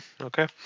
okay